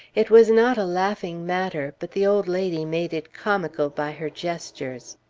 it was not a laughing matter but the old lady made it comical by her gestures.